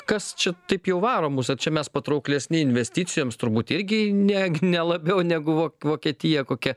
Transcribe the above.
kas čia taip jau varo mus čia mes patrauklesni investicijoms turbūt irgi ne ne labiau negu vo vokietija kokia